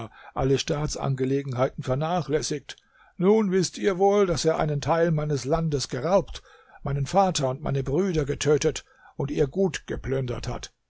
alle staatsangelegenheiten vernachlässigt nun wißt ihr wohl daß er einen teil meines landes geraubt meinen vater und meine brüder getötet und ihr gut geplündert hat